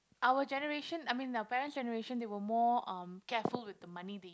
our generation I mean our parent's generation they were more um careful with the money they